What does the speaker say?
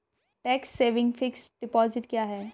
Tax saving fixed deposit क्या है?